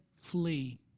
flee